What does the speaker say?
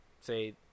say